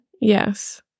Yes